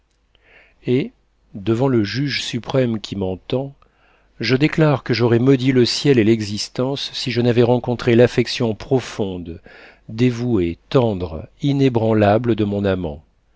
et devant le juge suprême qui m'entend je déclare que j'aurais maudit le ciel et l'existence si je n'avais rencontré l'affection profonde dévouée tendre inébranlable de mon amant